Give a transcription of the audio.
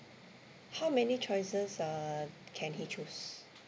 how many choices uh can he choose